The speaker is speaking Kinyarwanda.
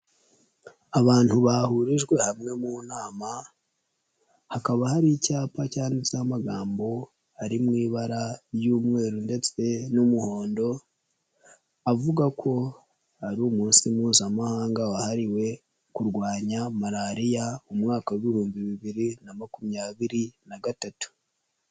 Abantu bahurijwe hamwe mu nama hakaba hari icyapa cyanditseho amagambo ari mu ibara ry'umweru ndetse n'umuhondo, avuga ko ari umunsi Mpuzamahanga wahariwe kurwanya Malariya, umwaka w' ibihumbi bibiri na makumyabiri na gatatu.